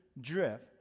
drift